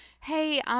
hey